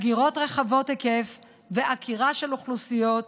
הגירות רחבות היקף ועקירה של אוכלוסיות,